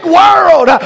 world